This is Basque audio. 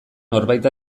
norbait